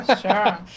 sure